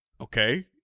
okay